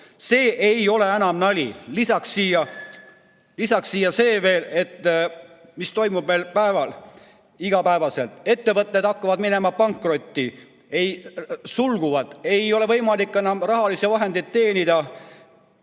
See ei ole enam nali. Lisaks veel see, mis toimub meil igapäevaselt. Ettevõtted hakkavad minema pankrotti, sulguvad, ei ole võimalik enam rahalisi vahendeid teenida,